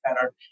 better